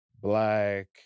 black